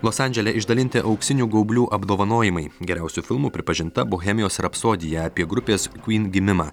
los andžele išdalinti auksinių gaublių apdovanojimai geriausiu filmu pripažinta bohemijos rapsodija apie grupės kvyn gimimą